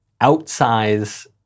outsize